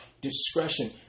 Discretion